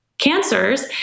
cancers